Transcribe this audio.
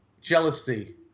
jealousy